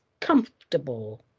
comfortable